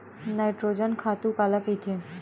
Nitrogen खातु काला कहिथे?